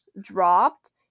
dropped